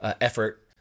effort